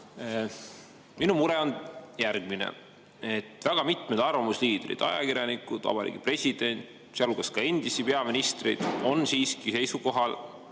Minu mure on järgmine. Väga mitmed arvamusliidrid, ajakirjanikud, Vabariigi President, sealhulgas ka endisi peaministreid on siiski seisukohal,